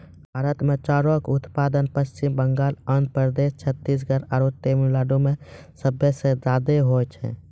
भारत मे चाउरो के उत्पादन पश्चिम बंगाल, आंध्र प्रदेश, छत्तीसगढ़ आरु तमिलनाडु मे सभे से ज्यादा होय छै